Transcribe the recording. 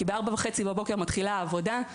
כי ב- 04:30 מתחילה העבודה.